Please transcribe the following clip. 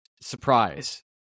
surprise